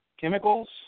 chemicals